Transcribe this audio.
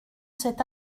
cet